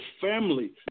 family